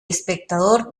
espectador